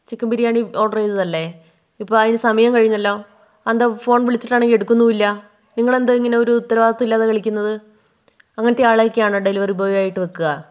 chicken biryani order ചെയ്തതല്ലേ ഇപ്പം സമയം കഴിഞ്ഞല്ലൊ ഫോൺ വിളിച്ചിട്ടാണെങ്കിൽ എടുക്കുന്നുമില്ല നിങ്ങളെന്താണ് ഇങ്ങനെ ഒരു ഉത്തരവാദിത്തമില്ലാതെ കളിക്കുന്നത് അങ്ങനത്തെ ആളെയൊക്കെയാണോ ഡെലിവറി ബോയിയായിട്ട് വെക്കുക